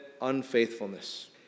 unfaithfulness